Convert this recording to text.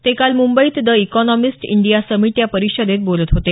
ते काल मुंबईत द इकॉनॉमिस्ट इंडिया समीट या परिषदेत बोलत होते